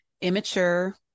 immature